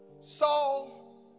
Saul